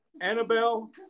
Annabelle